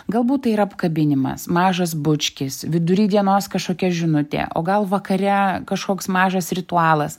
galbūt tai yra apkabinimas mažas bučkis vidury dienos kažkokia žinutė o gal vakare kažkoks mažas ritualas